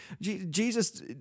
Jesus